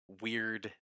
weird